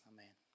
Amen